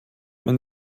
man